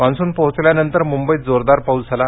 monsoon पोहोचल्यानंतर मुंबईत जोरदार पाऊस झाला